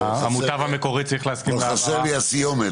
שהמוטב המקורי צריך להסכים להעברה --- פה חסרה לי הסיומת,